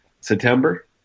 September